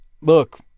look